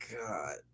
God